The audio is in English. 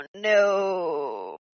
no